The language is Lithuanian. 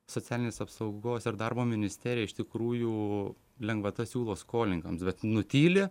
socialinės apsaugos ir darbo ministerija iš tikrųjų lengvatas siūlo skolininkams bet nutyli